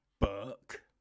Burke